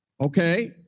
okay